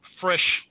fresh